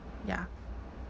ya